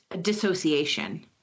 dissociation